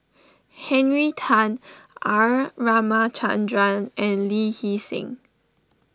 Henry Tan R Ramachandran and Lee Hee Seng